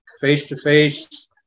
face-to-face